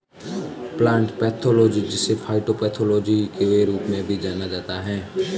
plant pathology जिसे phytopathology के रूप में भी जाना जाता है